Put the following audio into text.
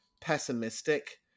pessimistic